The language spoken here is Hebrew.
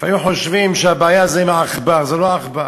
לפעמים חושבים שהבעיה זה העכבר, זה לא העכבר.